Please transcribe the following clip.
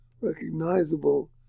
recognizable